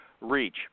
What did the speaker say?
reach